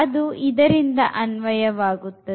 ಅದು ಇದರಿಂದ ಅನ್ವಯವಾಗುತ್ತದೆ